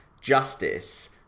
justice